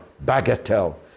bagatelle